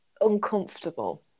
uncomfortable